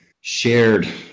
shared